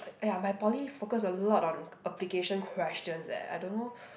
!aiya! my poly focus a lot on application questions eh I don't know